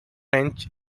ranch